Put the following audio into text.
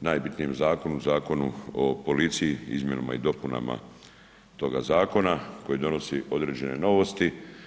najbitnijem Zakonu, Zakonu o policiji, izmjenama i dopunama toga Zakona koji donosi određene novosti.